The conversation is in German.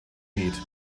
mead